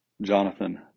Jonathan